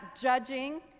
judging